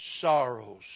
sorrows